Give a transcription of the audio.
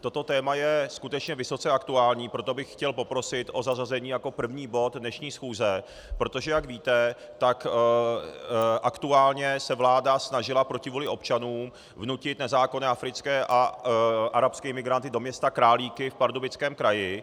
Toto téma je skutečně vysoce aktuální, proto bych chtěl poprosit o zařazení jako první bod dnešní schůze, protože jak víte, tak aktuálně se vláda snažila proti vůli občanů vnutit nezákonně africké a arabské imigranty do města Králíky v Pardubickém kraji.